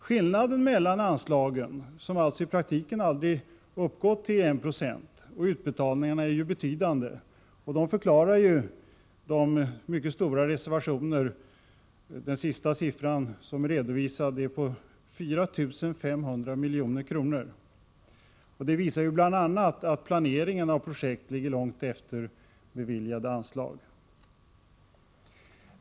Skillnaden mellan anslagen, som alltså i praktiken aldrig har uppgått till 1 96, och utbetalningarna är ju betydande och förklarar de mycket stora reservationerna — enligt senast redovisade uppgifter 4 500 milj.kr. Detta visar bl.a. att planeringen av projekt ligger långt efter beviljade anslag.